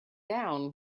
down